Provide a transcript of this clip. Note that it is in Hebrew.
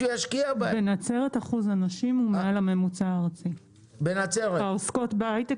בנצרת אחוז הנשים שעוסקות בהייטק